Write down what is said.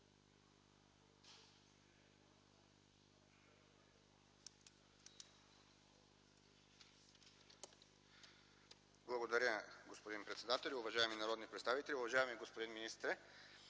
Благодаря, господин председател. Уважаеми народни представители, уважаеми господин министър!